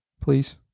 Please